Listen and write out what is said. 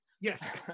Yes